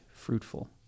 Fruitful